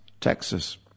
Texas